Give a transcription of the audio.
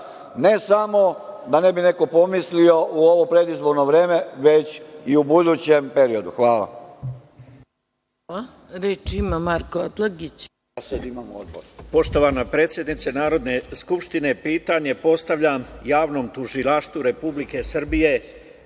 ne samo da ne bi neko pomislio u ovo predizborno vreme već i u budućem periodu? Hvala